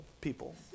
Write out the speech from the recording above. people